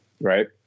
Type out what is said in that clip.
right